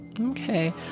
Okay